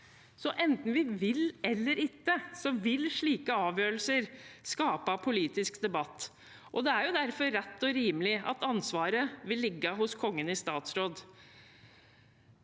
Enten vi vil eller ikke, vil slike avgjørelser skape politisk debatt, og det er derfor rett og rimelig at ansvaret vil ligge hos Kongen i statsråd,